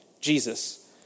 Jesus